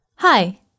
Hi